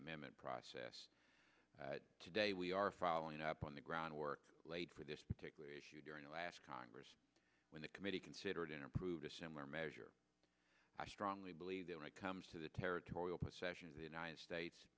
amendment process today we are following up on the groundwork laid for this particular issue during the last congress when the committee considered in approved a similar measure i strongly believe that when it comes to the territorial possession of the united states